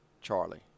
Charlie